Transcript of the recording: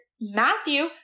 Matthew